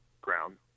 ground